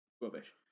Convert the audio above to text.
rubbish